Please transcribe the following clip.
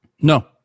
no